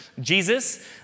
Jesus